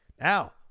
Now